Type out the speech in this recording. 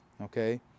okay